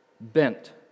bent